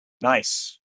Nice